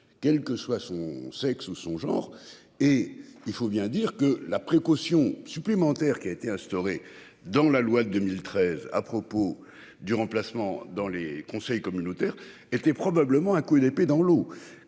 Quel que soit son sexe ou son genre et il faut bien dire que la précaution. Documentaire qui a été instaurée dans la loi de 2013, à propos du remplacement dans les conseils communautaires était probablement un coup d'épée dans l'eau